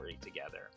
together